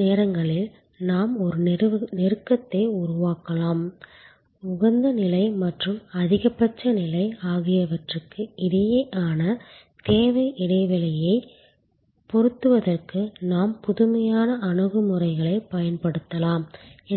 சில நேரங்களில் நாம் ஒரு நெருக்கத்தை உருவாக்கலாம் உகந்த நிலை மற்றும் அதிகபட்ச நிலை ஆகியவற்றுக்கு இடையேயான தேவை இடைவெளியை பொருத்துவதற்கு நாம் புதுமையான அணுகுமுறைகளைப் பயன்படுத்தலாம்